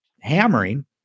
hammering